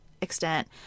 extent